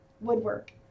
woodwork